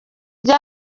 ryo